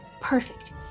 perfect